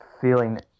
feeling